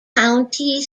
county